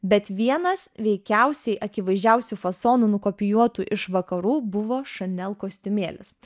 bet vienas veikiausiai akivaizdžiausių fasonų nukopijuotų iš vakarų buvo chanel kostiumėlis